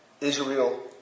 Israel